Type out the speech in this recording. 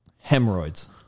Hemorrhoids